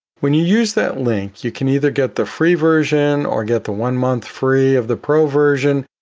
when you use that link, you can either get the free version or get the one month free of the pro version,